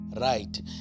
right